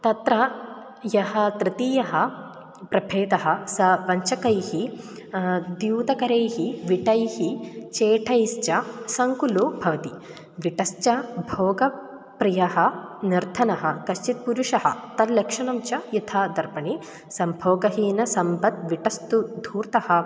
तत्र यः तृतीयः प्रभेदः स वञ्चकैः द्यूतकरैः विटैः चेटैश्च सङ्कुली भवति विटश्च भोगप्रियः निर्धनः कश्चित् पुरुषः तल्लक्षणं च यथा दर्पणी सम्भोगहीनः सम्पद् विटस्तु धूर्तः